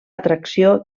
atracció